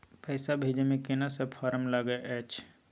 पैसा भेजै मे केना सब फारम लागय अएछ?